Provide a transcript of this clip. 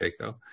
Keiko